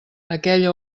aquell